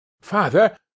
Father